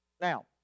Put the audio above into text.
Now